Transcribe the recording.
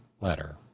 letter